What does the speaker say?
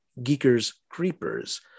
GeekersCreepers